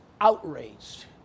outraged